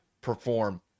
perform